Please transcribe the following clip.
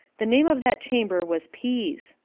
the name of that chamber was peace,